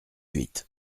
huit